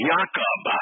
Jacob